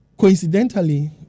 coincidentally